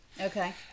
Okay